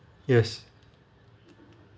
yes